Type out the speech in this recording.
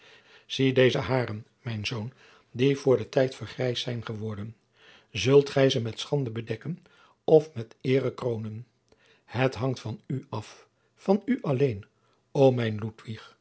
deze hairen mijn zoon die voor den tijd vergrijsd zijn geworden zult gij ze met schande bedekken jacob van lennep de pleegzoon of met eere kroonen het hangt van u af van u alleen o mijn